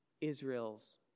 Israel's